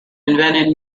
invented